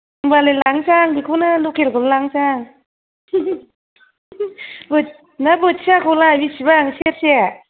होमबालाय लांसां आं बेखौनो लकेलखौनो लांसां आं ना बोथियाखौलाय बिसिबां सेरसे